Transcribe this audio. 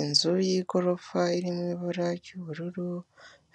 Inzu y'igorofa iririmo ibara ry'ubururu